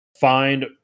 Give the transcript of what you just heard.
find